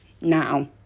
now